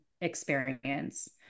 experience